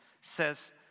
says